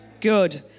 Good